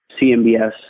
CMBS